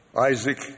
Isaac